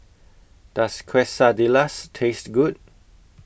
Does Quesadillas Taste Good